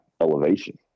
elevation